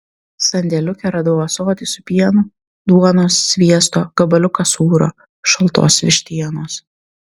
sandėliuke radau ąsotį su pienu duonos sviesto gabaliuką sūrio šaltos vištienos